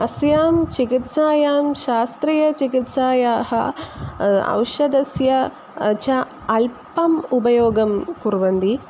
अस्यां चिकित्सायां शास्त्रीयचिकित्सायाः औषधस्य च अल्पम् उपयोगं कुर्वन्ति